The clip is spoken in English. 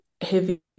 heavy